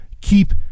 keep